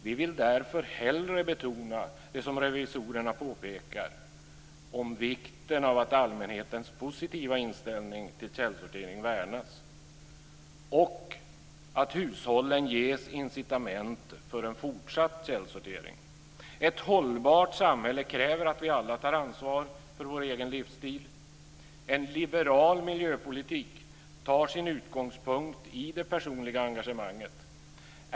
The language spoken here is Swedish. Vi vill därför hellre betona det som revisorerna påpekar om vikten av att allmänhetens positiva inställning till källsortering värnas och att hushållen ges incitament för en fortsatt källsortering. Ett hållbart samhälle kräver att vi alla tar ansvar för vår egen livsstil. En liberal miljöpolitik tar sin utgångspunkt i det personliga engagemanget.